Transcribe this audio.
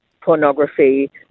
pornography